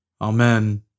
Amen